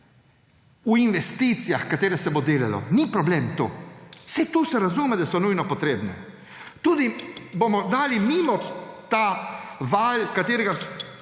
v investicijah, katere se bo delalo. Ni problem to, saj to se razume, da so nujno potrebne. Tudi bomo dali mimo ta val, katerega